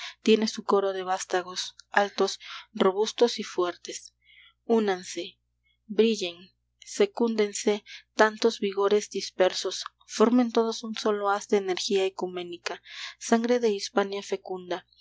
tiene su coro de vástagos altos robustos y fuertes únanse brillen secúndense tantos vigores dispersos formen todos un solo haz de energía ecuménica sangre de hispania fecunda